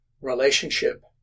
relationship